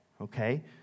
Okay